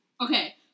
Okay